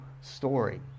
story